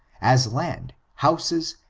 as land, houses,